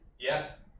Yes